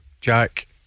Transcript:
Jack